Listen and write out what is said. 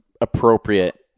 appropriate